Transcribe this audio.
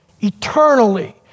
eternally